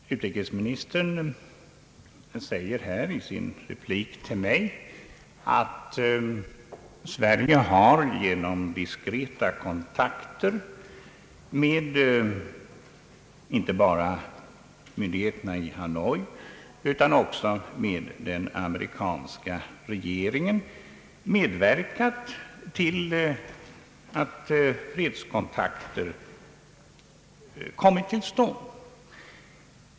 Herr talman! Utrikesministern säger här i sin replik till mig att Sverige genom diskreta kontakter med inte bara myndigheterna i Hanoi utan också med den amerikanska regeringen har med verkat till att fredskontakter kommit till stånd.